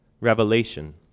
revelation